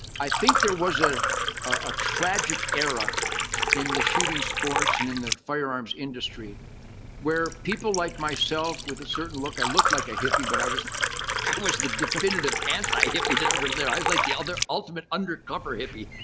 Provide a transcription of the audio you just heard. i think there was ah a tragic error in the shooting sports and in the firearms industry where people like myself with a certain look, i look like a hippie, but i was was the definitive anti hippie that ever lived. i was like the other ultimate undercover hippie.